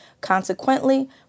Consequently